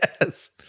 Yes